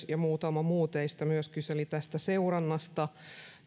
ja muutama muu teistä kyselitte tästä seurannasta